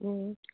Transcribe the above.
অ